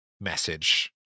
message